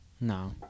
No